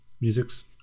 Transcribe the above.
musics